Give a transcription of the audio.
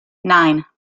nine